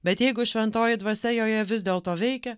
bet jeigu šventoji dvasia joje vis dėlto veikia